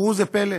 וראו זה פלא,